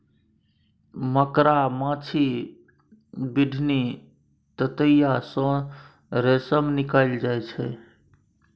मकड़ा, माछी, बिढ़नी, ततैया सँ रेशम निकलइ छै